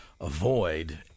avoid